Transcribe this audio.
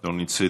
לא נמצאת.